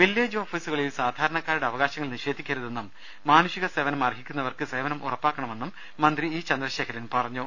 village ഓഫീസുകളിൽ സാധാരണക്കാരുടെ അവകാശങ്ങൾ നിഷേ ധിക്കരുതെന്നും മാനുഷിക സേവനം അർഹിക്കുന്നവർക്ക് സേവനം ഉറപ്പാ ക്കണമെന്നും മന്ത്രി ഇ ചന്ദ്രശേഖരൻ പറഞ്ഞു